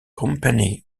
company